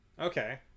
Okay